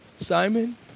Simon